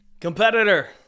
Competitor